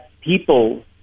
people